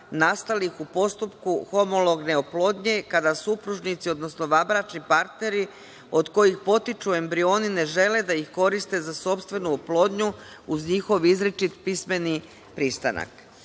nastalih u postupku homologne oplodnje, kada supružnici, odnosno vanbračni partneri od kojih potiču embrioni ne žele da ih koriste za sopstvenu oplodnju, uz njihov izričit pismeni pristanak. Rekli